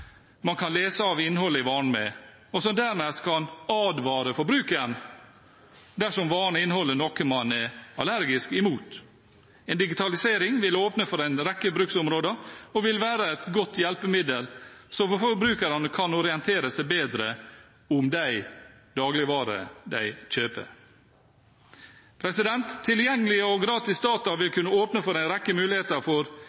man kan lese av innholdet i varen med, og som dernest kan advare forbrukeren dersom varen inneholder noe man er allergisk mot. En digitalisering vil åpne for en rekke bruksområder og vil være et godt hjelpemiddel, slik at forbrukeren kan orientere seg bedre om de dagligvarer de kjøper. Tilgjengelige og gratis data vil kunne åpne for en rekke muligheter for